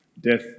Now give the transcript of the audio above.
death